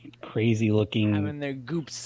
crazy-looking